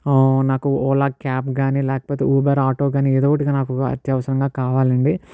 నాకు ఓలా క్యాబ్ కాని లేకపోతే ఊబర్ ఆటో కాని ఏదో ఒకటిగా నాకు అత్యవసరంగా కావాలండి